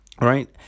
Right